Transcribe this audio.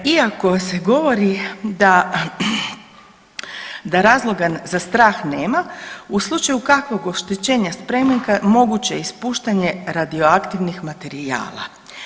Iako se govori da razloga za strah nema u slučaju kakvog oštećenja spremnika moguće je ispuštanje radioaktivnih materijala.